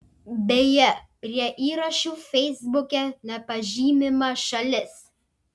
beje prie įrašų feisbuke nepažymima šalis